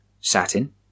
Satin